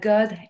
God